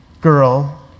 girl